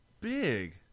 big